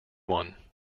one